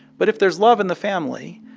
but if there's love in the family,